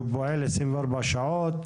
שהוא פועל 24 שעות.